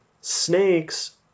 Snakes